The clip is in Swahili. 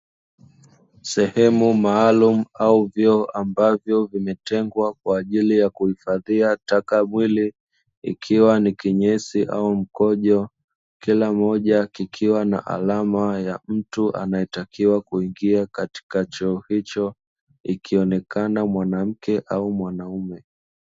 Sehemu maalumu au vyoo, ambavyo vimetegwa kwa ajili ya kuhifadhia taka mwili, ikiwa ni kinyesi au mkojo, kila kimoja kikiwa na alama ya mtu anayetakiwa kuingia katika choo hicho, ikionekana mwanamke au mwanaume.